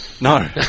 No